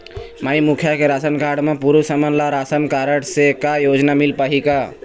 माई मुखिया के ration card म पुरुष हमन ला रासनकारड से का योजना मिल पाही का?